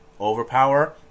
overpower